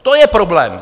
To je problém!